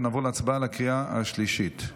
ונעבור להצבעה בקריאה השלישית.